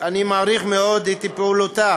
את פעילותה